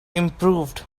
improved